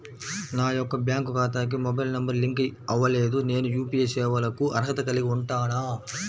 నా యొక్క బ్యాంక్ ఖాతాకి మొబైల్ నంబర్ లింక్ అవ్వలేదు నేను యూ.పీ.ఐ సేవలకు అర్హత కలిగి ఉంటానా?